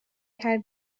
had